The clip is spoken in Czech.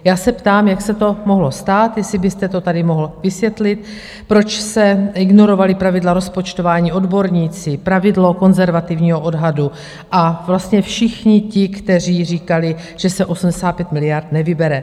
Já se ptám, jak se to mohlo stát, jestli byste to tady mohl vysvětlit, proč se ignorovala pravidla rozpočtová, ani odborníci, pravidlo konzervativního odhadu a vlastně všichni ti, kteří říkali, že se 85 miliard nevybere.